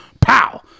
pow